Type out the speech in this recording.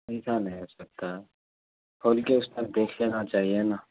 ایسا نہیں ہو سکتا کھول کے اس ٹم دیکھ لینا چاہیے نا